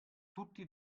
tutti